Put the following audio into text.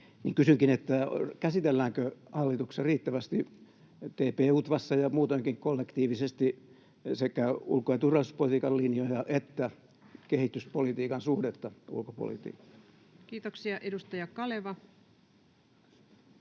Kysynkin: käsitelläänkö hallituksessa riittävästi, TP-UTVAssa ja muutenkin, kollektiivisesti sekä ulko- ja turvallisuuspolitiikan linjoja että kehityspolitiikan suhdetta ulkopolitiikkaan? [Speech 19] Speaker: